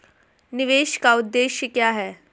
निवेश का उद्देश्य क्या है?